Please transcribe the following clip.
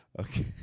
Okay